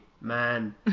man